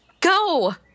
go